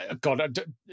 God